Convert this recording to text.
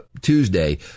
Tuesday